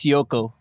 Yoko